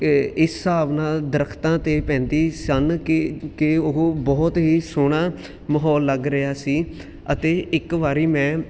ਅਤੇ ਇਸ ਹਿਸਾਬ ਨਾਲ ਦਰਖਤਾਂ 'ਤੇ ਪੈਂਦੀ ਸਨ ਕਿ ਕਿ ਉਹ ਬਹੁਤ ਹੀ ਸੋਹਣਾ ਮਾਹੌਲ ਲੱਗ ਰਿਹਾ ਸੀ ਅਤੇ ਇੱਕ ਵਾਰੀ ਮੈਂ